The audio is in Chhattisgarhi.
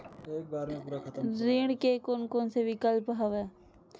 ऋण के कोन कोन से विकल्प हवय?